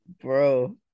bro